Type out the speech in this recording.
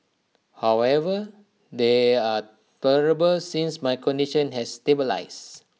however they are tolerable since my condition has stabilised